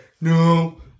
No